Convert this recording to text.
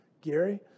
Gary